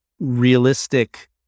realistic